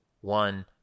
one